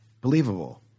Believable